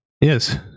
yes